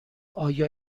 آیا